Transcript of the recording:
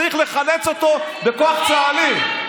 צריך לחלץ אותו בכוח צה"לי.